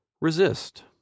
Resist